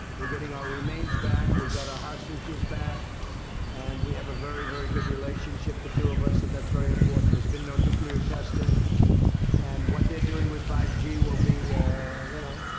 we're getting our remains back we got our hostages back and we have a very very good relationship the two of us and that's very important there's been no nuclear testing and what they're doing with five g will be you know,